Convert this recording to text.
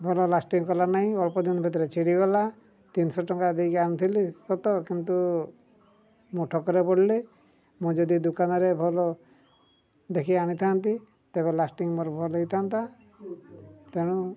ଭଲ ଲାଷ୍ଟିଂ କଲା ନାହିଁ ଅଳ୍ପଦିନ ଭିତରେ ଛିଡ଼ିଗଲା ତିନିଶହ ଟଙ୍କା ଦେଇକି ଆଣିଥିଲି ସତ କିନ୍ତୁ ମୁଁ ଠକରେ ପଡ଼ିଲି ମୁଁ ଯଦି ଦୋକାନରେ ଭଲ ଦେଖି ଆଣିଥାନ୍ତି ତେବେ ଲାଷ୍ଟିଂ ମୋର ଭଲ ହେଇଥାନ୍ତା ତେଣୁ